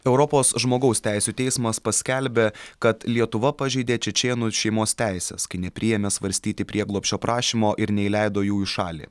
europos žmogaus teisių teismas paskelbė kad lietuva pažeidė čečėnų šeimos teises kai nepriėmė svarstyti prieglobsčio prašymo ir neįleido jų į šalį